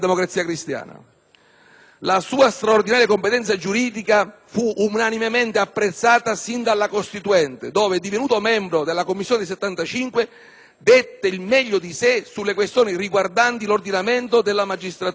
La sua straordinaria competenza giuridica fu unanimemente apprezzata sin dalla Costituente dove, divenuto membro della Commissione dei 75, dette il meglio di sé sulle questioni riguardanti l'ordinamento della magistratura.